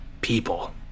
people